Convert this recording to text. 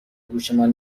گوشمان